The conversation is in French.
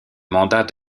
mandat